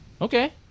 Okay